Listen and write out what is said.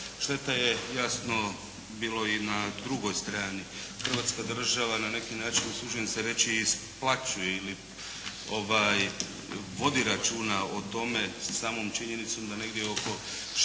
Štete je jasno bilo i na drugoj strani. Hrvatska država na neki način usuđujem se reći isplaćuje ili vodi računa o tome samom činjenicom da negdje oko 6%